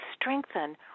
strengthen